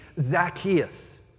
Zacchaeus